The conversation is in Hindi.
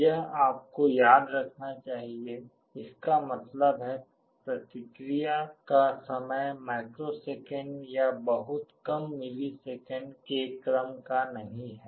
यह आपको याद रखना चाहिए इसका मतलब है प्रतिक्रिया का समय माइक्रोसेकंड या बहुत कम मिलीसेकंड के क्रम का नहीं है